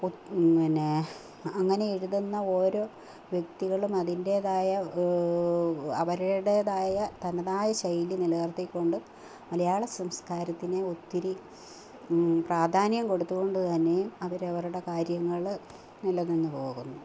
O പിന്നെ അങ്ങനെ എഴുതുന്ന ഓരോ വ്യക്തികളും അതിൻറ്റേതായ അവരുടേതായ തനതായ ശൈലി നിലനിർത്തിക്കൊണ്ട് മലയാള സംസ്കാരത്തിന് ഒത്തിരി പ്രാധാന്യം കൊടുത്തു കൊണ്ട് തന്നെയും അവരവരുടെ കാര്യങ്ങൾ നിലനിന്നു പോകുന്നു